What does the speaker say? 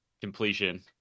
completion